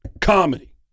Comedy